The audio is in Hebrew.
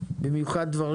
"מורשת דרך"